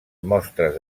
mostres